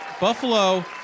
Buffalo